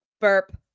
Burp